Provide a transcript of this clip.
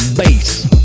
bass